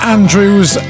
Andrews